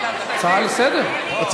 הצעה לסדר-היום.